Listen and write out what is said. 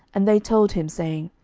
and they told him, saying,